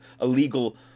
illegal